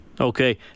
Okay